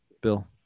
Bill